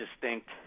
distinct